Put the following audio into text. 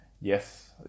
yes